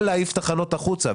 יכול להעיף תחנות החוצה.